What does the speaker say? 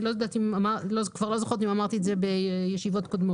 אני לא זוכרת אם אמרתי את זה בישיבות קודמות.